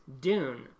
Dune